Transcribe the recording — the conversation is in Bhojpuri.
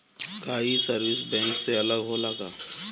का ये सर्विस बैंक से अलग होला का?